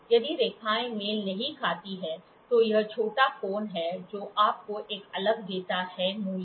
यदि रेखाएं मेल नहीं खाती हैं तो यह एक छोटा कोण है जो आपको एक अलग देता है मूल्य